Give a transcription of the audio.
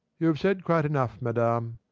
you have said quite enough, madam!